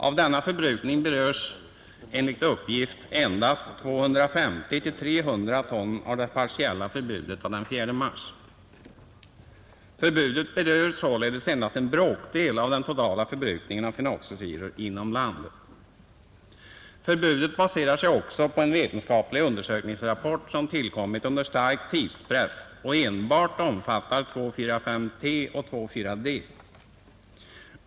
Av denna förbrukning berörs, enligt uppgift, endast 250—300 ton av det partiella förbudet av den 4 mars. Förbudet berör sålunda endast en bråkdel av den totala förbrukningen av fenoxisyror inom landet. Förbudet baserar sig också på en vetenskaplig undersökningsrapport som tillkommit under stark tidspress och enbart omfattar 2,4,5—T och 2,4—D.